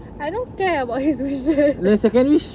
I don't care about his wishes